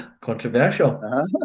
Controversial